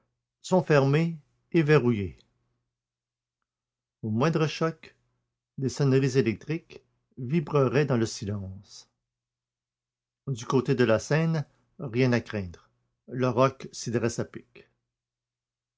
sont fermées et verrouillées au moindre choc des sonneries électriques vibreraient dans le silence du côté de la seine rien à craindre le roc s'y dresse à pic